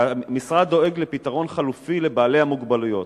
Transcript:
שהמשרד דואג לפתרון חלופי לבעלי המוגבלויות.